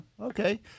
Okay